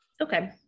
Okay